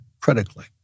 critically